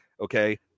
Okay